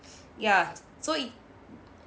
ya so it